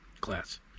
class